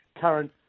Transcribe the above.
current